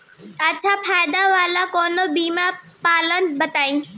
अच्छा फायदा वाला कवनो बीमा पलान बताईं?